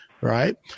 Right